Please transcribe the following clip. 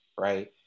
right